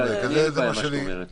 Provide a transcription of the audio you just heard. אין לי בעיה עם מה שאת אומרת.